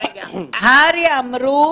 הר"י אמרו